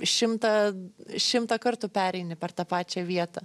šimtą šimtą kartų pereini per tą pačią vietą